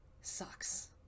Sucks